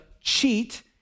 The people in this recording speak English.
cheat